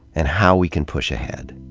and how we can push ahead.